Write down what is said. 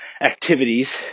activities